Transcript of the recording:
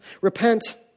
Repent